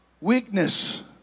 weakness